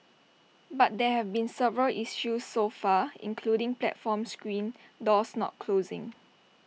but there have been several issues so far including platform screen doors not closing